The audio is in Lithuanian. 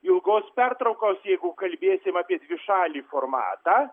ilgos pertraukos jeigu kalbėsime apie dvišalį formatą